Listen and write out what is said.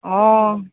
অঁ